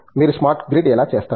మీరు smart grid ఎలా చేస్తారు